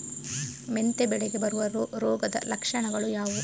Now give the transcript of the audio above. ಮೆಂತೆ ಬೆಳೆಗೆ ಬರುವ ರೋಗದ ಲಕ್ಷಣಗಳು ಯಾವುದು?